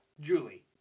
Julie